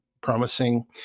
promising